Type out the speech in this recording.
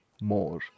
more